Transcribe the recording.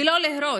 ולא להרוס,